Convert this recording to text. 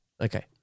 Okay